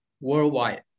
worldwide